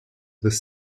this